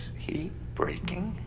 he breaking?